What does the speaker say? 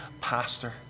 pastor